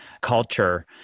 culture